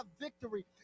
victory